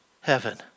heaven